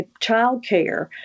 childcare